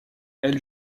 elle